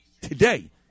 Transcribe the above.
today